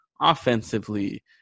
offensively